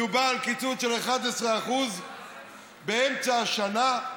מדובר על קיצוץ של 11% באמצע השנה,